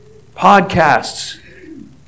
Podcasts